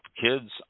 kids